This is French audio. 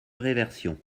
réversion